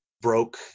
broke